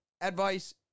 advice